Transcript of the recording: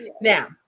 now